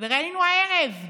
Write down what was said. ראינו הערב,